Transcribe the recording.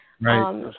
Right